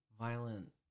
violent